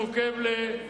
ממוקבלה,